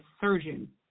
surgeon